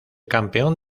campeón